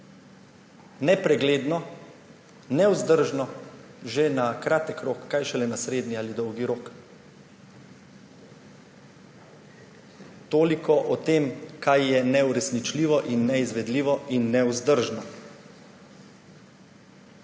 Nepregledno, nevzdržno že na kratek rok, kaj šele na srednji ali dolgi rok. Toliko o tem, kaj je neuresničljivo in neizvedljivo in nevzdržno.